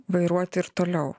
vairuoti ir toliau